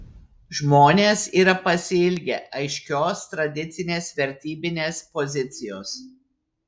žmonės yra pasiilgę aiškios tradicinės vertybinės pozicijos